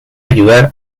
ayudar